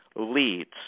leads